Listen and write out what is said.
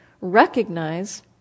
recognize